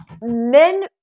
men